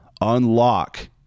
unlock